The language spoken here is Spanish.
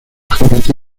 jinete